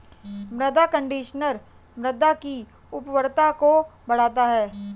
मृदा कंडीशनर मृदा की उर्वरता को बढ़ाता है